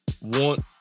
want